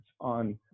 on